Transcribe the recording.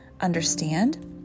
understand